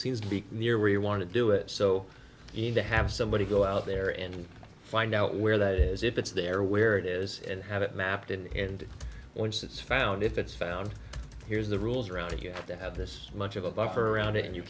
seems to be clear where you want to do it so either have somebody go out there and find out where that is if it's there where it is and have it mapped out and once it's found if it's found here's the rules around it you have to have this much of a buffer around it and you